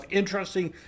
interesting